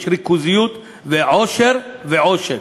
יש ריכוזיות ועושר ועושק.